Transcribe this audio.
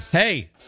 Hey